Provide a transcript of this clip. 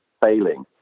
failing